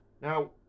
Now